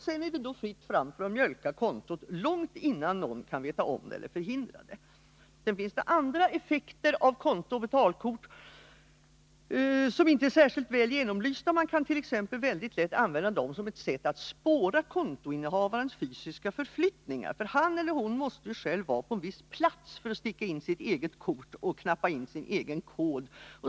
Sedan är det fritt fram för en bedragare att mjölka kontot, långt innan någon kan veta om det eller förhindra det. Det finns också andra effekter av kontooch betalkort som inte är särskilt väl genomlysta. Man kan t.ex. väldigt lätt genom korten spåra kontoinnehavarens fysiska förflyttningar. Han eller hon måste ju själv vara på en viss plats för att sticka in sitt eget kort och mata in sin egen kod.